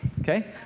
okay